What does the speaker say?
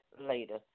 later